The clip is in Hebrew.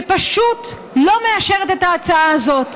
ופשוט לא מאשרת את ההצעה הזאת.